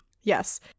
yes